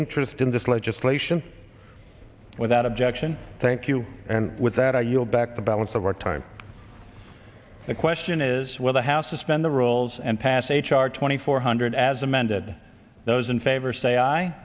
interest in this legislation without objection thank you and with that i yield back the balance of our time the question is where the house suspend the rules and pass h r twenty four hundred as amended those in favor say